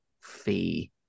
fee